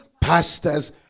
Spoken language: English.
pastors